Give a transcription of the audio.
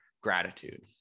gratitude